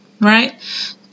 Right